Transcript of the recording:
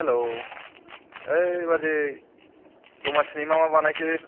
हेल' ओइ बाजै दमासिनि मा मा बानायखो